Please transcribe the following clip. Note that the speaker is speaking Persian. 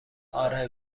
آره